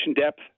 depth